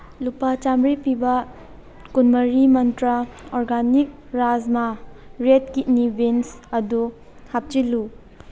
ꯂꯨꯄꯥ ꯆꯥꯝꯃꯔꯤ ꯄꯤꯕ ꯀꯨꯟꯃꯔꯤ ꯃꯟꯇ꯭ꯔ ꯑꯣꯔꯒꯥꯅꯤꯛ ꯔꯥꯖꯃꯥ ꯔꯦꯠ ꯀꯤꯠꯅꯤ ꯕꯤꯟꯁ ꯑꯗꯨ ꯍꯥꯞꯆꯤꯜꯂꯨ